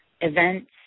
events